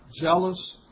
Jealous